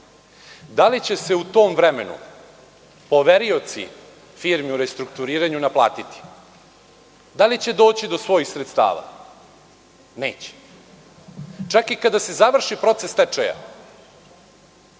Da li će se u tom vremenu poverioci firmi u restrukturiranju naplatiti? Da li će doći do svojih sredstava? Neće. Čak i kada se završi proces stečaja